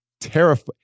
terrified